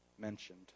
mentioned